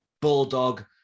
Bulldog